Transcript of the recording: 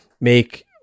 make